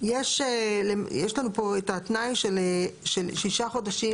יש לנו פה את התנאי של שישה חודשים,